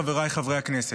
חבריי חברי הכנסת,